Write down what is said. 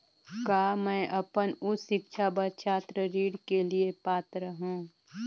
का मैं अपन उच्च शिक्षा बर छात्र ऋण के लिए पात्र हंव?